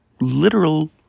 literal